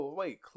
wait